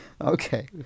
Okay